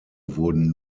wurden